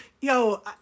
yo